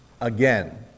again